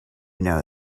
know